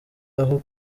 aho